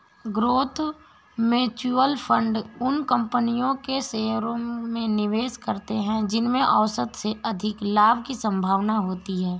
growth mutual fund उन कंपनियों के शेयरों में निवेश करते हैं जिनमें औसत से अधिक लाभ की संभावना होती है